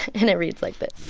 and it reads like but